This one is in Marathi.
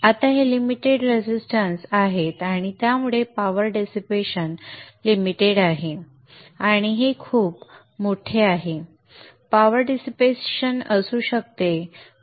आता हे लिमिटेड रेझिस्टन्स आहेत आणि त्यामुळे पॉवर डिसिपेशन मर्यादित आहे आणि हे खूप मोठे संदर्भ वेळ 0545 पॉवर डिसिपेशन असू शकते